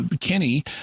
Kenny